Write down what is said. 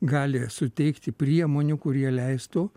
gali suteikti priemonių kurie leistų